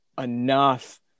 enough